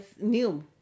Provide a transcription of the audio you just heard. new